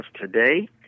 today –